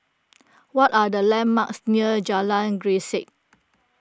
what are the landmarks near Jalan Grisek